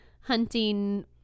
hunting